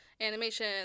animation